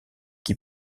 qui